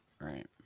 right